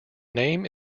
name